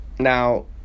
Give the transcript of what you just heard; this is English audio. now